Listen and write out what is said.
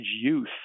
youth